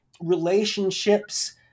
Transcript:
relationships